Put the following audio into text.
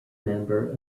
member